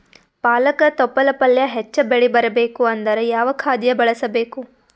ಪಾಲಕ ತೊಪಲ ಪಲ್ಯ ಹೆಚ್ಚ ಬೆಳಿ ಬರಬೇಕು ಅಂದರ ಯಾವ ಖಾದ್ಯ ಬಳಸಬೇಕು?